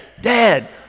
Dad